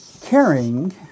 caring